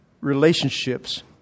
relationships